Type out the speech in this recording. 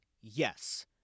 yes